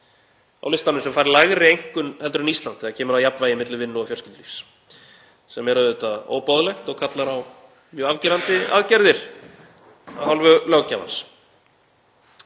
á listanum sem fær lægri einkunn heldur en Ísland þegar kemur að jafnvægi milli vinnu og fjölskyldulífs sem er auðvitað óboðlegt og kallar á mjög afgerandi aðgerðir af hálfu löggjafans.